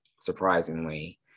surprisingly